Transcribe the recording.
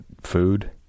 food